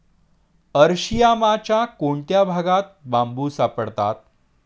अरशियामाच्या कोणत्या भागात बांबू सापडतात?